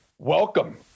Welcome